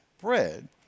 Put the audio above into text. bread